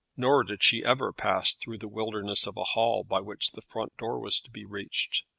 nor did she ever pass through the wilderness of a hall by which the front-door was to be reached.